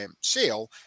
sale